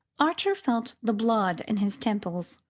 archer felt the blood in his temples.